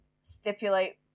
stipulate